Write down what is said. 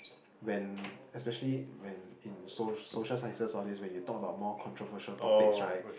when especially when in soc~ social sciences all these when you talk about more controversial topics right